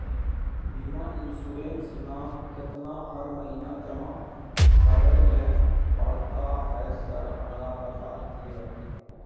बीमा इन्सुरेंस ना केतना हर महीना जमा करैले पड़ता है सर हमरा बता दिय?